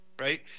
right